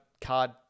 card